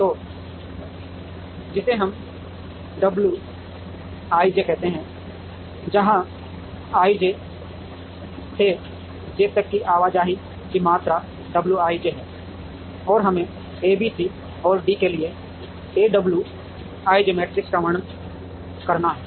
तो जिसे हम wij कहते हैं जहां iJ से j तक की आवाजाही की मात्रा wij है और हमें ABC और D के लिए awij मैट्रिक्स का वर्णन करना है